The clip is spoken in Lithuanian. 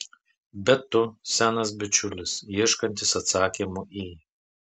bet tu senas bičiulis ieškantis atsakymų į